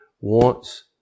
wants